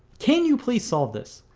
can you please solve this?